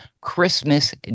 Christmas